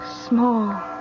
small